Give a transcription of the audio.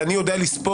ואני יודע לספור,